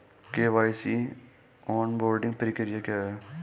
KYC onboarding प्रक्रिया क्या है?